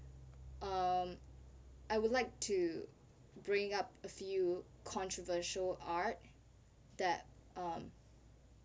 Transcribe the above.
um I would like to bring up a few controversial art that um